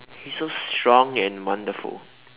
he's so strong and wonderful